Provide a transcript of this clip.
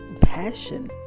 passion